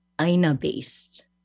aina-based